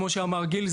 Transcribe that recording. כמו שאמר גיל,